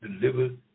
delivered